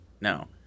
No